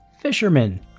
Fisherman